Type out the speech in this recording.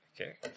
Okay